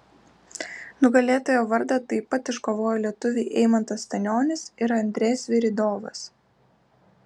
nugalėtojo vardą taip pat iškovojo lietuviai eimantas stanionis ir andrė sviridovas